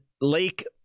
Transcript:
Lake